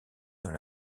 dans